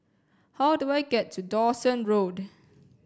how do I get to Dawson Road